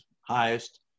highest